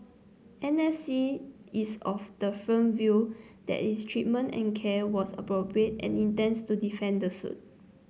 N S C is of the firm view that its treatment and care was appropriate and intends to defend the suit